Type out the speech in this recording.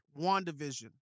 WandaVision